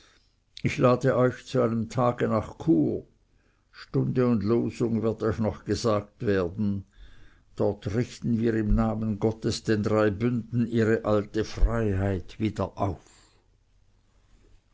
ich lade euch zu einem tage nach chur stunde und losung wird euch noch gesagt werden dort richten wir im namen gottes den drei bünden ihre alte freiheit wieder auf